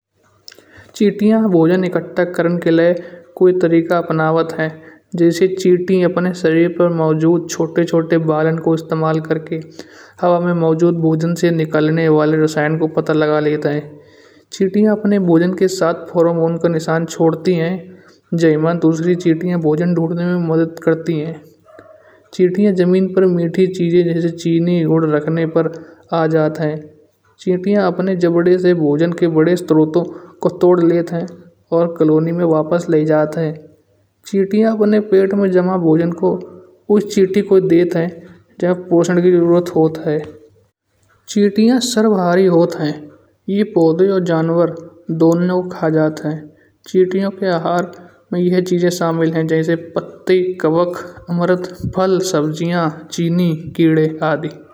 चींटियाँ भोजन इक्कठा करन के लाये कोई तरीका अपनावत ह जैसे चिटि अपने सरिर पर मौजूद छोटे छोटे बालों का इस्तेमाल करके हवा मा मौजूद भोजन से निकलने वाले रसायन को पता लगा लेत ह। चिटिया अपने भोजन के साथ फोर्मौं का निशान छोड़ती ह। जेमें दुसरी चींटियाँ भोजन दुंढने म मदद करती ह। चींटियाँ जमीन पर मीठी चीज रखने जैसे चीनी गुड़ रखने पर आ जात ह। चींटियाँ अपने जबड़े से भोजन के बड़े स्त्रोत को तोड़ लेत ह और कालोनी म वापस ले जात ह। चींटियाँ अपने पेट म जमा भोजन को उस चिटि को देत ह जिसे भोजन की जरूरत होत ह। चींटियाँ सर्वभारी होत ह। ये पौधे और जनावर दोनों को खा जात ह। चींटीयों के आहार मा ये चीजे शामिल ह जैसे पत्ते कवक अमृत फल सब्जिया, चीनी कीड़े आदि।